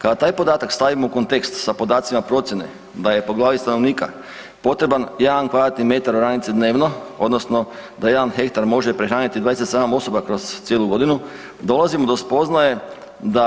Kada taj podatak stavimo u kontekst s podacima procjene da je po glavi stanovnika potreban jedan kvadratni metar oranice dnevno, odnosno da jedan hektar može prehraniti 27 osoba kroz cijelu godinu, dolazimo do spoznaje da